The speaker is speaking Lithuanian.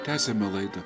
tęsiame laidą